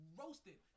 roasted